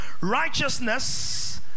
Righteousness